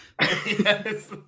Yes